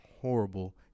horrible